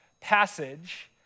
passage